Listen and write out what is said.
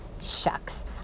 Shucks